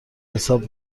حساب